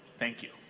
thank you.